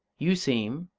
you seem,